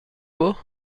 buc